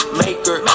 maker